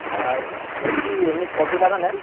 আর বলছি এমনি কতো টাকা নেন